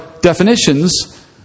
definitions